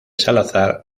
salazar